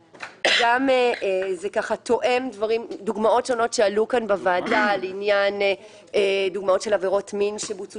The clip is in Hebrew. זה תואם דוגמאות שונות שעלו כאן בוועדה לעניין עבירות מין שבוצעו